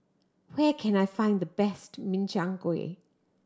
where can I find the best Min Chiang Kueh